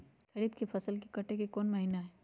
खरीफ के फसल के कटे के कोंन महिना हई?